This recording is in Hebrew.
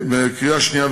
קריאה שנייה ושלישית,